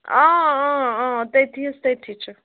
آ تٔتھی حظ تٔتھی چھُ